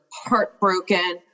heartbroken